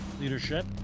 leadership